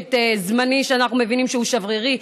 שקט זמני, שאנחנו מבינים שהוא שברירי.